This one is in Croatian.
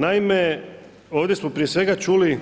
Naime, ovdje smo prije svega čuli